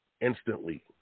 instantly